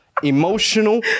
Emotional